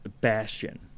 bastion